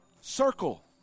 circle